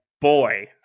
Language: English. boy